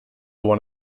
one